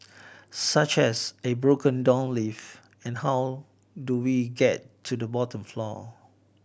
such as a broken down lift and how do we get to the bottom floor